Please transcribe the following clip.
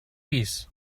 pis